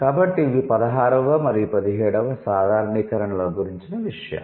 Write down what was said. కాబట్టి ఇవి పదహారవ మరియు పదిహేడవ సాధారణీకరణల గురించిన విషయాలు